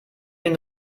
den